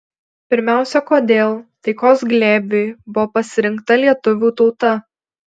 pirmiausia kodėl taikos glėbiui buvo pasirinkta lietuvių tauta